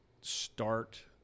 start